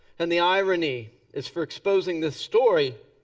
and the irony is for exposing this story